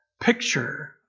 picture